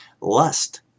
lust